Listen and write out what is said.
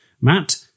Matt